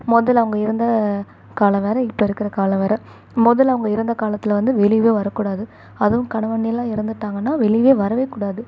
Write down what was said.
முதல்ல அவங்க இருந்த காலம் வேற இப்போ இருக்கிற காலம் வேற முதல்ல அவங்க இருந்த காலத்தில் வந்து வெளியவே வரக்கூடாது அதுவும் கணவன் எல்லாம் இறந்துட்டாங்கன்னால் வெளியவே வரவேக்கூடாது